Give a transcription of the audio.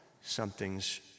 something's